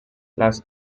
las